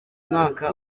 umwaka